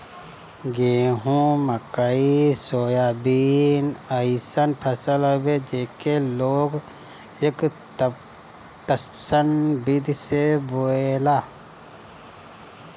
गेंहू, मकई, सोयाबीन अइसन फसल हवे जेके लोग एकतस्सन विधि से बोएला